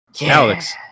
Alex